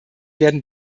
werden